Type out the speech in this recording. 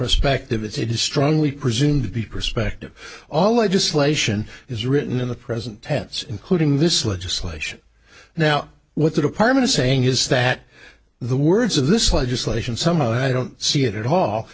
prospective it's it is strongly presumed to be perspective all legislation is written in the present tense including this legislation now with the department saying is that the words of this legislation somehow i don't see it at all